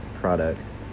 products